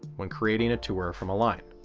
when creating a tour from a line.